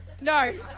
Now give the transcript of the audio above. No